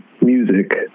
Music